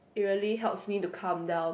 really helps me to calm down